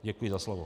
Děkuji za slovo.